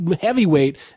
heavyweight